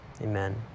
Amen